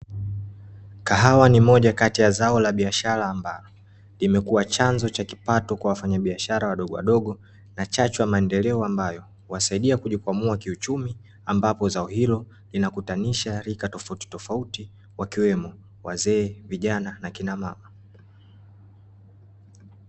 Kahawa ni moja kati ya zao la biashara ambalo, imekua chanzo cha kipato kwa wafanya biashara wadogo wadogo, na chachu ya maendeleo ambayo, huwasaidia kujikwamua kiuchumi, ambapo zao hilo , linakutanisha rika tofauti tofauti , wakiwemo wazee, vijana na akina mama.